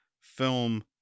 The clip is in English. film